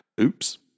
Oops